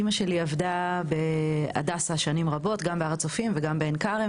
אימא שלי עבדה ב"הדסה" שנים רבות גם בהר הצופים וגם בעין כרם